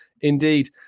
indeed